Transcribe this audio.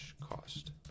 cost